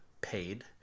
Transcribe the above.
paid